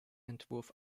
entwurf